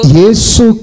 Yesu